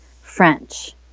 French